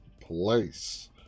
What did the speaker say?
place